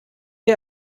ihr